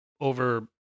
over